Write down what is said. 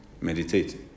meditate